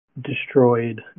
destroyed